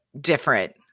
different